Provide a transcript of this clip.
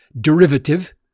derivative